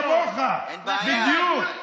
כמוך בדיוק.